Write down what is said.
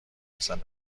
میزند